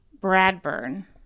Bradburn